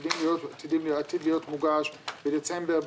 עתיד להיות מוגש בדצמבר,